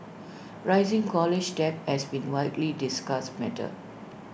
rising college debt has been widely discussed matter